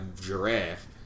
giraffe